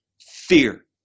fear